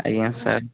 ଆଜ୍ଞା ସାର୍